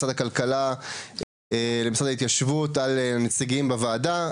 הכלכלה למשרד ההתיישבות על נציגים בוועדה,